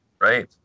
Right